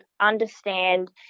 understand